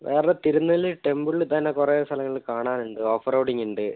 വേറെ തിരുനെല്ലി ടെമ്പിളിൽത്തന്നെ കുറെ സ്ഥലങ്ങള് കാണാൻ ഉണ്ട് ഓഫ് റോഡിങ് ഉണ്ട്